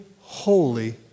holy